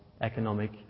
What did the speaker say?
economic